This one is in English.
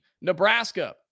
Nebraska